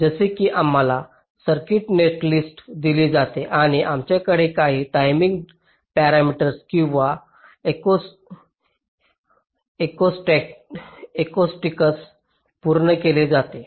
जसे की आम्हाला सर्किट नेटलिस्ट दिले जाते आणि आमच्याकडे काही टायमिंग पॅरामीटर्स किंवा अकोस्टिकस पूर्ण केले जाते